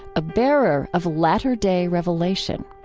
a bearer of latter-day revelation.